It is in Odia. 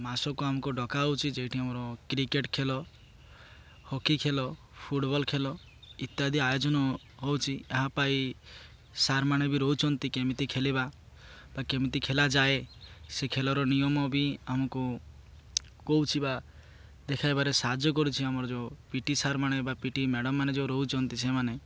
ମାସକୁ ଆମକୁ ଡକା ହେଉଛି ଯେଉଁଠି ଆମର କ୍ରିକେଟ୍ ଖେଳ ହକି ଖେଳ ଫୁଟବଲ୍ ଖେଲ ଇତ୍ୟାଦି ଆୟୋଜନ ହେଉଛି ଏହାପରେ ସାର୍ମାନେ ବି ରହୁଛନ୍ତି କେମିତି ଖେଲିବା ବା କେମିତି ଖେଲାଯାଏ ସେ ଖେଳର ନିୟମ ବି ଆମକୁ କହୁଛି ବା ଦେଖାଇବାରେ ସାହାଯ୍ୟ କରୁଛି ଆମର ଯେଉଁ ପି ଟି ସାର୍ମାନେ ବା ପି ଟି ମ୍ୟାଡ଼ାମ୍ମାନେ ଯେଉଁ ରହୁଛନ୍ତି ସେମାନେ